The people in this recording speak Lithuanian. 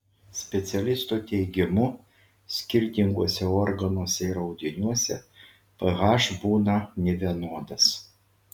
specialistų teigimu skirtinguose organuose ir audiniuose ph būna nevienodas